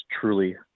truly